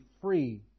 free